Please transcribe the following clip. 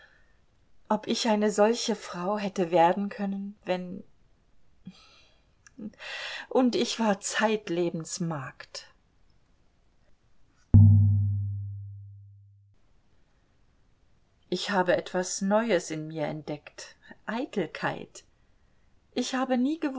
ob ich eine solche frau hätte werden können wenn und ich war zeitlebens magd ich habe etwas neues in mir entdeckt eitelkeit ich habe nie